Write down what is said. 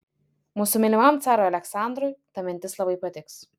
mūsų mylimam carui aleksandrui ta mintis labai patiks